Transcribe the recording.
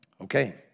Okay